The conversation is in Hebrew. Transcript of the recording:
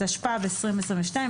התשפ"ב 2022,